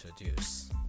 introduce